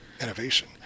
innovation